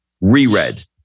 Re-read